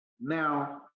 Now